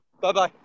Bye-bye